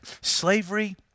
slavery